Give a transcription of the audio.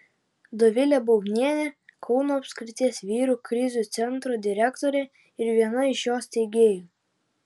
dovilė bubnienė kauno apskrities vyrų krizių centro direktorė ir viena iš jo steigėjų